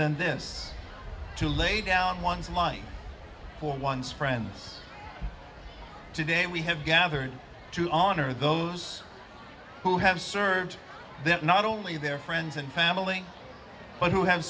than this to lay down one's money for one's friends today we have gathered to honor those who have served that not only their friends and family but who have